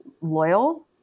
loyal